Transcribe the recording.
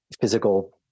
physical